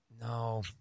No